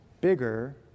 bigger